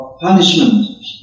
punishment